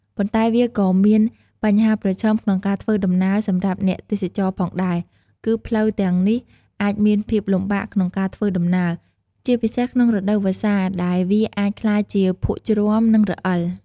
ប៉ុន្តែវាក៏មានបញ្ហាប្រឈមក្នុងការធ្វើដំណើរសម្រាប់អ្នកទេសចរផងដែរ គឺផ្លូវទាំងនេះអាចមានភាពលំបាកក្នុងការធ្វើដំណើរ ជាពិសេសក្នុងរដូវវស្សាដែលវាអាចក្លាយជាភក់ជ្រាំ និងរអិល។